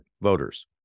voters